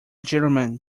gentleman